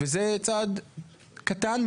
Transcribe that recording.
וזה צעד קטן,